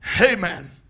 Amen